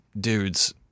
dudes